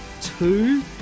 two